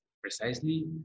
precisely